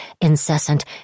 incessant